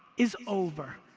is over.